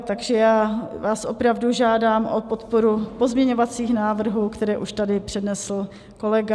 Takže já vás opravdu žádám o podporu pozměňovacích návrhů, které už tady přednesl kolega.